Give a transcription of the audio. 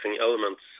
elements